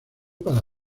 para